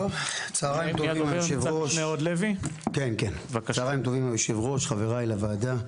טוב, צהרים טובים אדוני היו"ר, חבריי לוועדה.